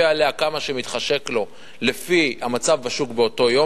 עליה כמה שמתחשק לו לפי המצב בשוק באותו יום,